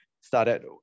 started